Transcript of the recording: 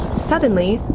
suddenly,